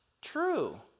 true